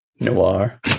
Noir